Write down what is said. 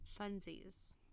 Funsies